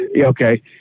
Okay